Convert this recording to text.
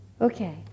Okay